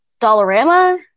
Dollarama